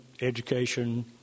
education